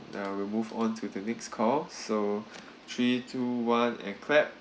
we will move on to the next call so three two one and clap